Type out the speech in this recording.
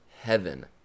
heaven